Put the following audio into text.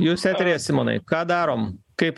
jūs eteryje simonai ką darom kaip